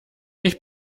ich